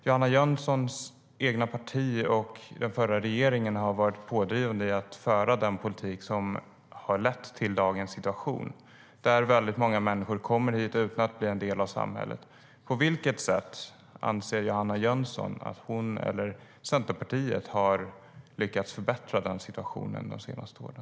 Johanna Jönssons eget parti och den förra regeringen har varit pådrivande i att föra den politik som har lett till dagens situation, där många människor kommer hit utan att bli en del av samhället. På vilket sätt anser Johanna Jönsson att hon eller Centerpartiet har lyckats förbättra situationen de senaste åren?